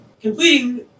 Completing